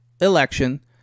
election